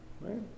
Right